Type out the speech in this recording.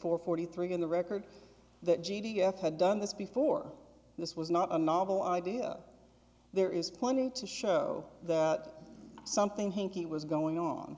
four forty three in the record that g d s had done this before this was not a novel idea there is pointing to show that something hinky was going on